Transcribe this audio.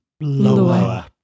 Lower